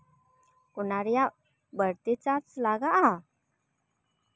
ᱚᱱᱟ ᱨᱮᱭᱟᱜ ᱵᱟᱹᱲᱛᱤ ᱪᱟᱨᱡᱽ ᱞᱟᱜᱟᱜᱼᱟ